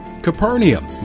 Capernaum